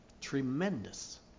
Tremendous